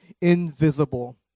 invisible